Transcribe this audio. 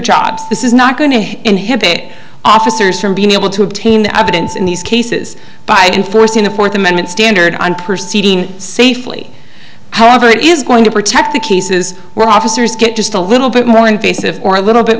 jobs this is not going to inhibit officers from being able to obtain evidence in these cases by enforcing a fourth amendment standard on proceeding safely however it is going to protect the cases were officers get just a little bit more invasive or a little bit